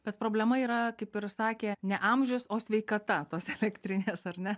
bet problema yra kaip ir sakė ne amžius o sveikata tos elektrinės ar ne